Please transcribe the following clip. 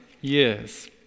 years